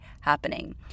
happening